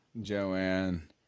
Joanne